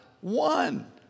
one